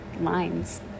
lines